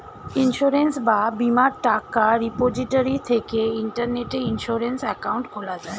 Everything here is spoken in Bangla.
ইন্সুরেন্স বা বীমার টাকা রিপোজিটরি থেকে ইন্টারনেটে ইন্সুরেন্স অ্যাকাউন্ট খোলা যায়